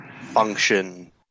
function